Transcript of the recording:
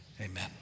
Amen